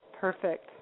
Perfect